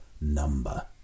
number